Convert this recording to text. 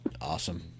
Awesome